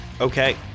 Okay